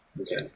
Okay